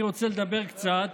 אני רוצה לדבר קצת